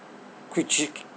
which